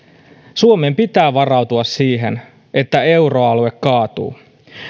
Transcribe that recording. suomen pitää varautua siihen että euroalue kaatuu